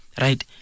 right